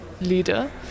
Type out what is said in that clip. leader